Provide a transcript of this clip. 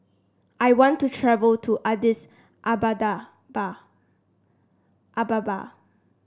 I want to travel to Addis Ababa